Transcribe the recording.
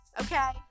Okay